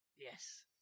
Yes